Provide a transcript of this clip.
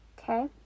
Okay